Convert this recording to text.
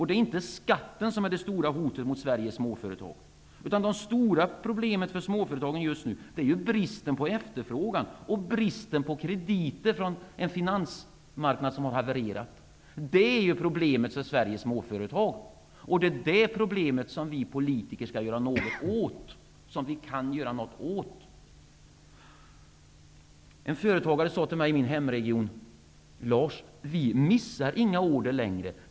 Det är inte skatten som är det stora hotet mot Sveriges småföretag, utan de stora problemen för småföretagen just nu är bristen på efterfrågan och bristen på krediter från en finansmarknad som har havererat. Det är det som är problemet för Sveriges småföretag. Det är det problemet som vi politiker skall göra något åt. En företagare i min hemregion sade till mig: Lars, vi missar inga order längre.